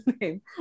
name